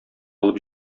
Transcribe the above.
алып